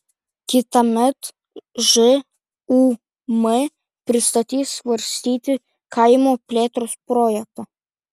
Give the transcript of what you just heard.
kitąmet žūm pristatys svarstyti kaimo plėtros projektą